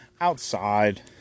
outside